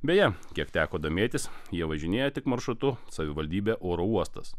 beje kiek teko domėtis jie važinėja tik maršrutu savivaldybė oro uostas